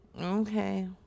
Okay